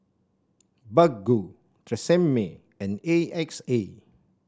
Baggu Tresemme and A X A